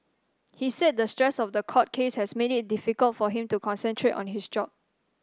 he said the stress of the court case has made it difficult for him to concentrate on his job